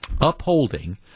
upholding